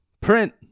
Print